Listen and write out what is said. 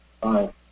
Bye